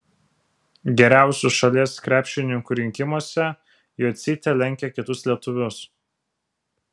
geriausių šalies krepšininkų rinkimuose jocytė lenkia kitus lietuvius